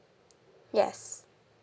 yes